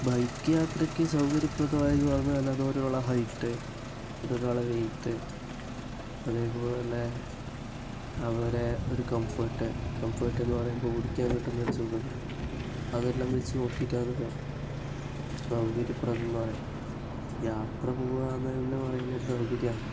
bike യാത്രക്ക് സൗകര്യപ്രദമായി എന്ന് പറഞ്ഞാൽ അത് ഒരോരാളെ ഹൈറ്റ് ഒരോരാളെ വെയ്റ്റ് അതേപോലെ അവരെ ഒരു കംഫർട്ട് കംഫർട്ടെന്ന് പറയുമ്പം ഓടിക്കാൻ കിട്ടുന്നൊരു സുഖം അതെല്ലാം വച്ച് നോക്കിയിട്ടാണ് സൗകര്യപ്രദം എന്ന് പറയുന്നത് യാത്ര പോവുന്നത് തന്നെ പറയുന്നത് ഒരു സൗകര്യം ആണ്